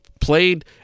played